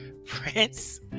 Prince